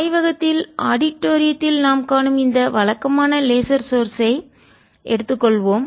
ஆய்வகத்தில் ஆடிட்டோரியத்தில் நாம் காணும் இந்த வழக்கமான லேசர் புள்ளியைக் கூறுவோம்